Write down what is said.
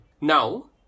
Now